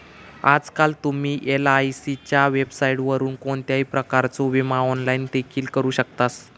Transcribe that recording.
आजकाल तुम्ही एलआयसीच्या वेबसाइटवरून कोणत्याही प्रकारचो विमो ऑनलाइन देखील करू शकतास